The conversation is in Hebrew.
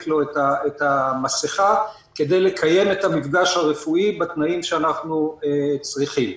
לו את המסכה כדי לקיים את המפגש הרפואי בתנאים שאנחנו צריכים.